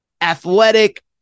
athletic